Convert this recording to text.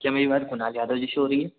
क्या मेरी बात कुनाल यादव जी से हो रही है